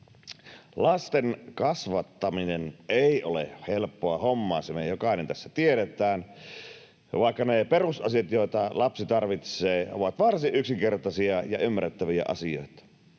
Lasten kasvattaminen ei ole helppoa hommaa, se me jokainen tässä tiedetään, vaikka ne perusasiat, joita lapsi tarvitsee, ovat varsin yksinkertaisia ja ymmärrettäviä asioita.